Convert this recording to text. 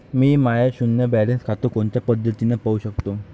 मी माय शुन्य बॅलन्स खातं कोनच्या पद्धतीनं पाहू शकतो?